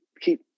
keep